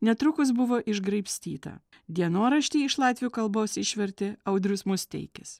netrukus buvo išgraibstyta dienoraštį iš latvių kalbos išvertė audrius musteikis